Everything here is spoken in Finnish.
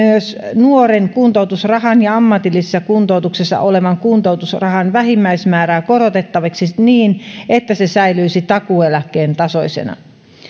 myös nuoren kuntoutusrahan ja ammatillisessa kuntoutuksessa olevan kuntoutusrahan vähimmäismäärää korotettavaksi niin että se säilyisi takuueläkkeen tasoisena